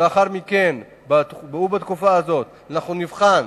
לאחר מכן ובתקופה הזאת אנחנו נבחן,